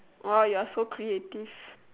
!wow! you're so creative